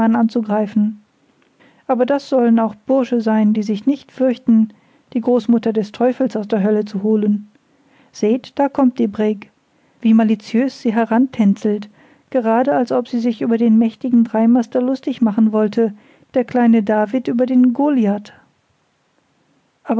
anzugreifen aber das sollen auch bursche sein die sich nicht fürchten die großmutter des teufels aus der hölle zu holen seht da kommt die brigg wie malitiös sie herantänzelt grad als ob sie sich über den mächtigen dreimaster lustig machen wollte der kleine david über den goliath